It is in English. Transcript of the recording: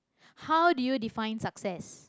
how do you define success